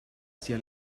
sia